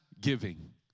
giving